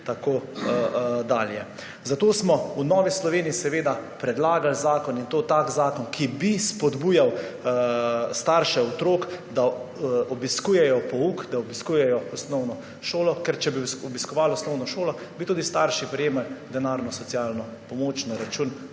in tako dalje. Zato smo v Novi Sloveniji seveda predlagali zakon, in to tak zakon, ki bi spodbujal starše otrok, da obiskujejo pouk, da obiskujejo osnovno šolo. Ker če bi obiskovali osnovno šolo, bi tudi starši prejemali denarno socialno pomoč na račun